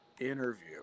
interview